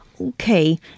Okay